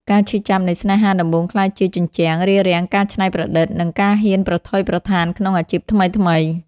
ការឈឺចាប់នៃស្នេហាដំបូងក្លាយជា "ជញ្ជាំង" រារាំងការច្នៃប្រឌិត និងការហ៊ានប្រថុយប្រថានក្នុងអាជីពថ្មីៗ។